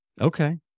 Okay